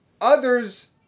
others